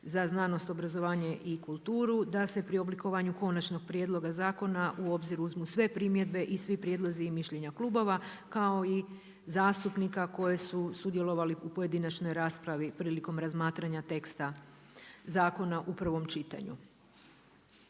za znanost, obrazovanje i kulturu da se pri oblikovanju konačnog prijedloga zakona u obzir uzmu sve primjedbe i svi prijedlozi i mišljenja klubova kao i zastupnika koji su sudjelovali u pojedinačnoj raspravi prilikom razmatranja teksta zakona u prvom čitanju.